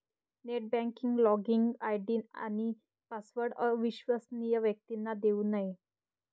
net banking login ID आणि password अविश्वसनीय व्यक्तींना देऊ नये